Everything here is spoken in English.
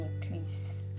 please